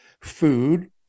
food